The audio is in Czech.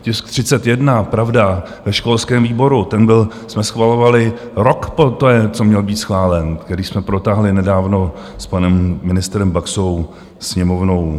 Tisk 31, pravda, ve školském výboru, ten jsme schvalovali rok poté, co měl být schválen, který jsme protáhli nedávno s panem ministrem Baxou Sněmovnou.